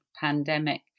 pandemic